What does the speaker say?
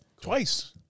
Twice